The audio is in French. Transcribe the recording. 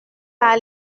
par